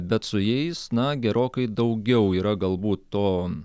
bet su jais na gerokai daugiau yra galbūt to